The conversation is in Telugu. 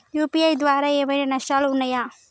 యూ.పీ.ఐ ద్వారా ఏమైనా నష్టాలు ఉన్నయా?